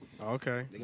Okay